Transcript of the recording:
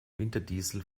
winterdiesel